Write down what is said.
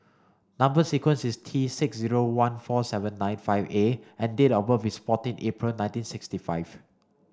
number sequence is T six zero one four seven nine five A and date of birth is fourteen April nineteen sixty five